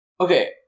okay